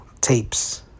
tapes